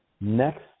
next